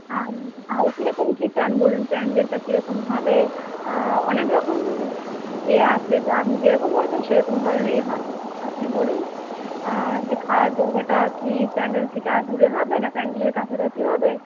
আর আর কীরকম কী চান বলুন প্যান্ডেলটা কীরকম হবে অনেক রকম এ আছে তো আপনি যেরকম বলবেন সেরকম ধরনেরই হবে আপনি বলুন যে খাওয়ার জায়গাটা কী প্যান্ডেল থেকে দূরে হবে না প্যান্ডেলের কাছাকাছি হবে